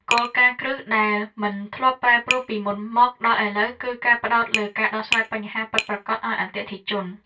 គោលការណ៍គ្រឹះដែលមិនធ្លាប់ប្រែប្រួលពីមុនមកដល់ឥឡូវ គឺការផ្ដោតលើការដោះស្រាយបញ្ហាពិតប្រាកដឱ្យអតិថិជន។